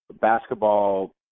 basketball